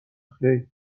خیر